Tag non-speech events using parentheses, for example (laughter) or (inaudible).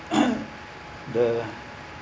(coughs) the